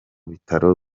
bitaro